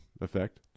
effect